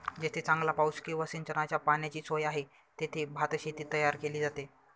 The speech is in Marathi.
जेथे चांगला पाऊस किंवा सिंचनाच्या पाण्याची सोय आहे, तेथे भातशेती तयार केली जाते